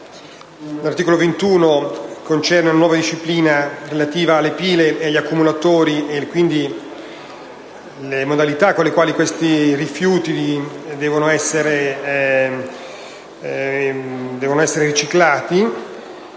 L'artico 21 concerne una nuova disciplina relativa alle pile e agli accumulatori, quindi, le modalità con le quali questi rifiuti devono essere riciclati